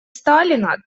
сталина